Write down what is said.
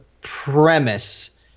premise